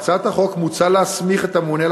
בהצעת החוק מוצע להסמיך את הממונה על